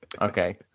Okay